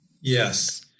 Yes